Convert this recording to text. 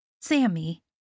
Sammy